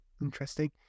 Interesting